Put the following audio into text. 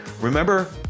remember